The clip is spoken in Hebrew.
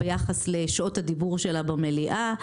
ביחס לשעות הדיבור שלה במליאה,